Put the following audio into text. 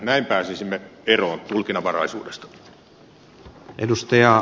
näin pääsisimme eroon tulkinnanvaraisuudesta